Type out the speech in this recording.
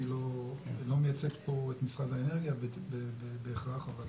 אני לא מייצג פה את משרד האנרגיה בהכרח, אבל